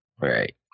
Right